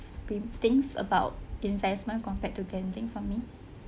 be~ things about investment compared to gambling for me